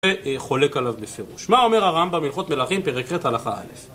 וחולק עליו בפירוש. מה אומר הרמב״ם בהלכות מלאכים פרק ח׳ הלכה א׳